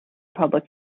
public